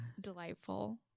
delightful